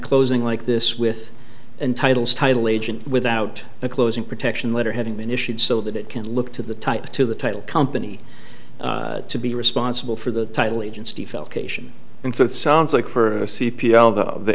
closing like this with entitles title agent without a closing protection letter having been issued so that it can look to the title to the title company to be responsible for the title agency felt cation and so it sounds like for the c p a all of the